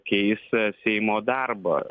keis seimo darbą